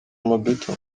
mobetto